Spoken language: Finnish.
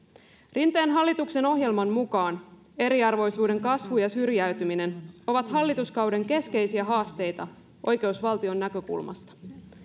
rinteen hallituksen ohjelman mukaan eriarvoisuuden kasvu ja syrjäytyminen ovat hallituskauden keskeisiä haasteita oikeusvaltion näkökulmasta